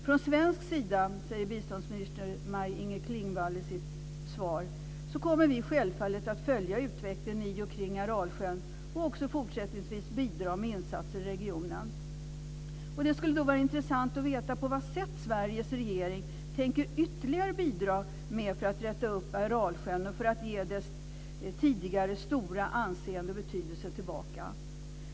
Från svensk sida, säger biståndsminister Maj Inger Klingvall i sitt svar, kommer vi självfallet att följa utvecklingen i och kring Aralsjön och också fortsättningsvis bidra med insatser i regionen. Det skulle vara intressant att veta på vad sätt Sveriges regering tänker bidra ytterligare för att rätta upp Aralsjön och för att ge den dess tidigare stora anseende och betydelse tillbaka.